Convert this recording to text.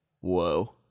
Whoa